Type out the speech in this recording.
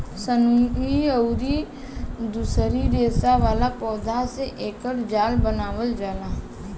सनई अउरी दूसरी रेसा वाला पौधा से एकर जाल बनावल जाला